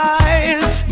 eyes